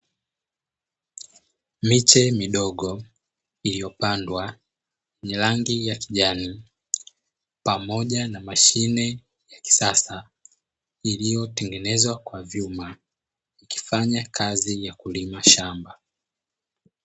Miche midogo iliyopandwa yenye rangi ya kijani pamoja na mashine ya kisasa, iliyotengenezwa kwa vyuma ikifanya kazi ya kulima shamba.